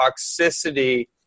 toxicity